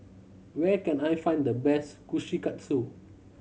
where can I find the best Kushikatsu